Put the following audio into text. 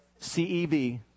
CEV